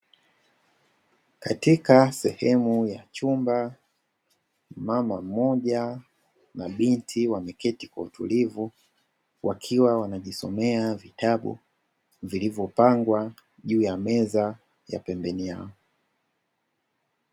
Katika sehemu ya chumba, mama mmoja na binti wameketi kwa utulivu. Wakiwa wanajisomea vitabu, vilivyopangwa juu ya meza ya pembeni yao.